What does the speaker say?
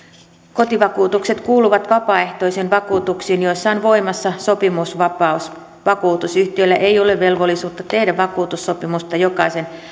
kotivakuutukset kuuluvat vapaaehtoisiin vakuutuksiin joissa on voimassa sopimusvapaus vakuutusyhtiöillä ei ole velvollisuutta tehdä vakuutussopimusta jokaisen